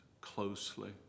closely